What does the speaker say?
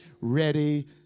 Ready